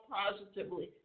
positively